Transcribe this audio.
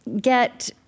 get